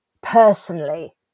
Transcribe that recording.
personally